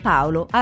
Paolo